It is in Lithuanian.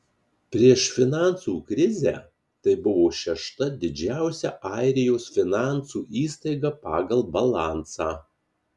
prieš finansų krizę tai buvo šešta didžiausia airijos finansų įstaiga pagal balansą